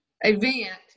event